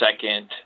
second